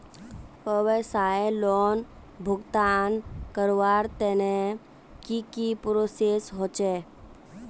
व्यवसाय लोन भुगतान करवार तने की की प्रोसेस होचे?